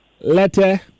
Letter